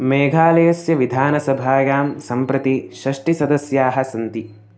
मेघालयस्य विधानसभायां सम्प्रति षष्ठिसदस्याः सन्ति